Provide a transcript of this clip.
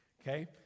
okay